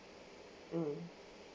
mm